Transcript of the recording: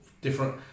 different